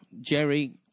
Jerry